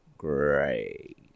Great